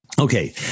Okay